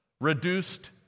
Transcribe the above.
reduced